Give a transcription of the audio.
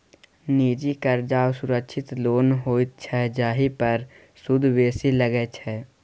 निजी करजा असुरक्षित लोन होइत छै जाहि पर सुद बेसी लगै छै